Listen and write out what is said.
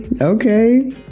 Okay